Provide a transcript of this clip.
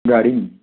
गाडी नि